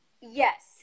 yes